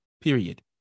Period